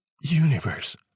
universe